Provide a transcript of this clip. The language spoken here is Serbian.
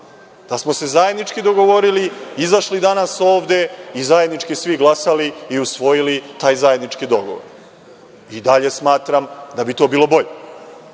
da smo se zajednički dogovorili, izašli danas ovde i zajednički svi glasali i usvojili taj zajednički dogovor. I dalje smatram da bi to bilo